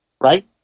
right